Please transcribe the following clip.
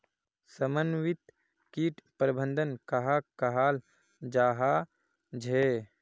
समन्वित किट प्रबंधन कहाक कहाल जाहा झे?